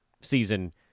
season